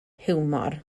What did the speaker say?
hiwmor